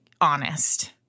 honest